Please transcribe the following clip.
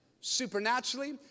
supernaturally